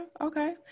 Okay